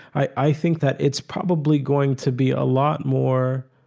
i think that it's probably going to be ah lot more,